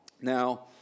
Now